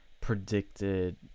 predicted